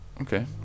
Okay